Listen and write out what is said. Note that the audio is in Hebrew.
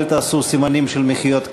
אל תעשו סימנים של מחיאות כפיים,